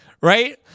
right